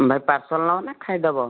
ଭାଇ ପାର୍ସଲ୍ ନେବନା ଖାଇଦେବ